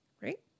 Right